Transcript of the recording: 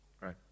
Right